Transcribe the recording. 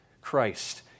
Christ